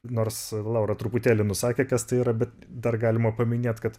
nors laura truputėlį nusakė kas tai yra bet dar galima paminėt kad